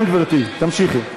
כן, גברתי, תמשיכי.